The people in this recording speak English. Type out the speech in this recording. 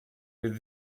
with